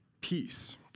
Peace